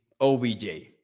OBJ